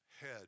head